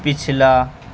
پچھلا